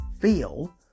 feel